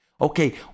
Okay